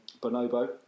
Bonobo